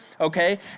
okay